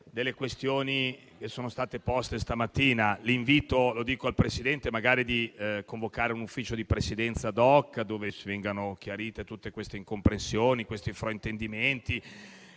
delle questioni che sono state poste stamattina. L'invito - lo dico al Presidente - è quello di convocare un Ufficio di Presidenza *ad hoc* in cui vengano chiariti tutte queste incomprensioni, questi fraintendimenti